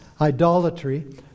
idolatry